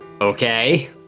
Okay